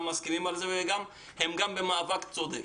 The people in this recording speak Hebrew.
מסכימים עם זה והם גם במאבק צודק.